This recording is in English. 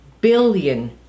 billion